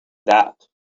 that